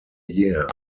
year